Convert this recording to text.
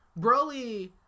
Broly